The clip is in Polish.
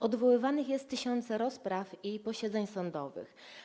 Odwoływanych jest tysiące rozpraw i posiedzeń sądowych.